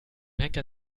henker